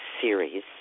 series